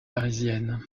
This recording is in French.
parisiennes